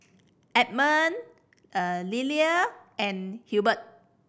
Edmund Lillie and Hilbert